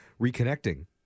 reconnecting